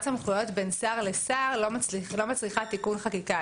סמכויות בין שר לשר לא מצריכה תיקון חקיקה.